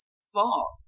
small